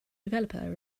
developer